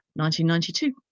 1992